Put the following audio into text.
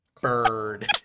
Bird